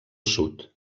sud